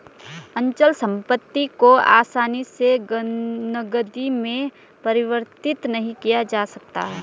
अचल संपत्ति को आसानी से नगदी में परिवर्तित नहीं किया जा सकता है